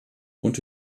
und